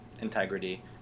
integrity